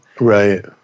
Right